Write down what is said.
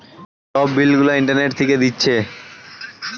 সব বিল গুলা ইন্টারনেট থিকে দিচ্ছে